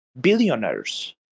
billionaires